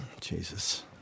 Jesus